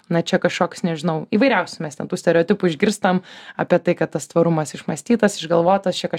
na čia kažkoks nežinau įvairiausių mes ten tų stereotipų išgirstam apie tai kad tas tvarumas išmąstytas išgalvotas čia